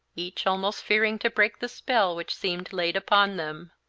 each almost fearing to break the spell which seemed laid upon them.